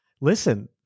listen